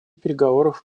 переговоров